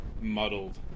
muddled